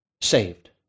saved